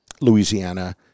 Louisiana